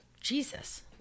Jesus